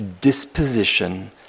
disposition